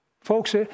Folks